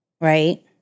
right